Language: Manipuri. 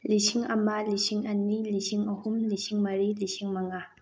ꯂꯤꯁꯤꯡ ꯑꯃ ꯂꯤꯁꯤꯡ ꯑꯅꯤ ꯂꯤꯁꯤꯡ ꯑꯍꯨꯝ ꯂꯤꯁꯤꯡ ꯃꯔꯤ ꯂꯤꯁꯤꯡ ꯃꯉꯥ